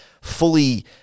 fully